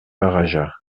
barraja